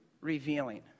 revealing